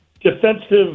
defensive